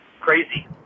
crazy